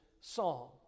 song